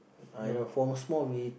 I no from small we